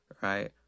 right